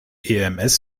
ems